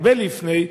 הרבה לפני,